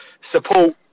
support